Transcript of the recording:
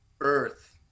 earth